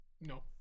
No